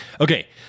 Okay